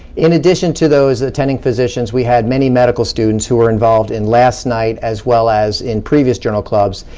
in addition to those attending physicians, we had many medical students who were involved in last night as well as in previous journal clubs,